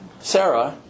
sarah